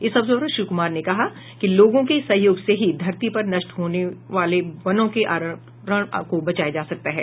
इस अवसर पर श्री कुमार ने कहा कि लोगों के सहयोग से ही धरती पर नष्ट होते वनों के आवरण को बचाया जा सकता है